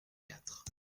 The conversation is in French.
quatre